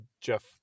Jeff